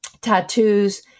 tattoos